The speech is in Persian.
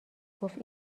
گفت